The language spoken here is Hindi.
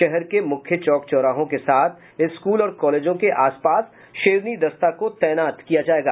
शहर के मुख्य चौक चौराहों के साथ स्कूल और कॉलेजों के आस पास शेरनी दस्ता को तैनात किया जायेगा